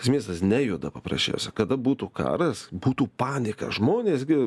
tas miestas nejuda paprasčiausia kada būtų karas būtų panika žmonės gi